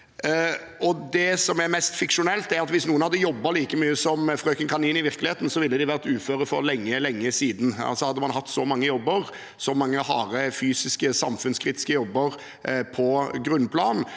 det som er mest fiksjonelt, er at hvis noen hadde jobbet like mye som Frøken Kanin i virkeligheten, ville de vært uføre for lenge siden. Hadde man hatt så mange jobber, så mange harde, fysiske, samfunnskritiske jobber på grunnplanet,